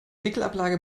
wickelablage